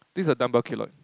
this is a dumbbell keloid